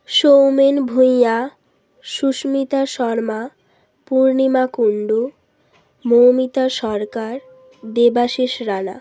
Soumen Bhuiyan Susmita Sharma Purnima Kundu Moumita Sarkar Debashish Rana